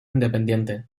independiente